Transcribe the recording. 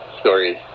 stories